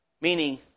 Meaning